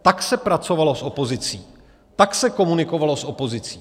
Tak se pracovalo s opozicí, Tak se komunikovalo s opozicí.